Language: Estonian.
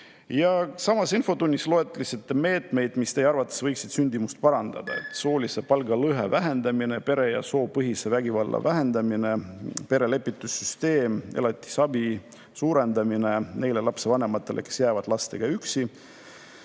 Samas infotunnis loetlesite meetmeid, mis teie arvates võiksid sündimust parandada: soolise palgalõhe vähendamine, pere- ja soopõhise vägivalla vähendamine, perelepitussüsteem ning elatisabi suurendamine neile lapsevanematele, kes on jäänud lastega üksi.